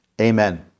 amen